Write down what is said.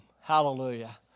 Hallelujah